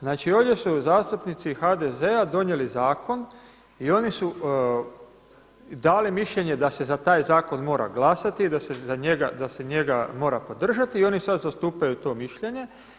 Znači, ovdje su zastupnici HDZ-a donijeli zakon i oni su dali mišljenje da se za taj zakon mora glasati i da se njega mora podržati i oni sad zastupaju to mišljenje.